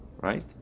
right